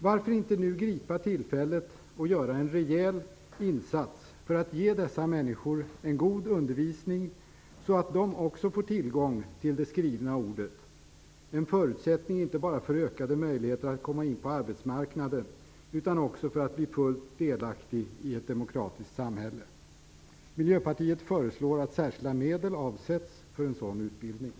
Varför inte nu gripa tillfället och göra en rejäl insats för att ge dessa människor en god undervisning så att de också får tillgång till det skrivna ordet - en förutsättning inte bara för ökade möjligheter att komma in på arbetsmarknaden utan också för att bli fullt delaktig i ett demokratiskt samhälle? Miljöpartiet föreslår att särskilda medel avsätts för en sådan utbildning.